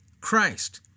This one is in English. Christ